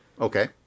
Okay